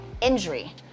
injury